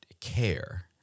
care